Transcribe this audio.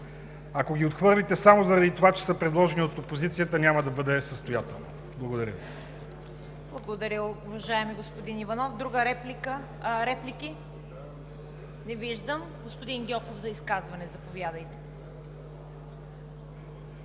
Ако ги отхвърлите само заради това, че са предложени от опозицията, няма да бъде състоятелно. ПРЕДСЕДАТЕЛ ЦВЕТА КАРАЯНЧЕВА: Благодаря, уважаеми господин Иванов. Реплики? Не виждам. Господин Гьоков, за изказване, заповядайте.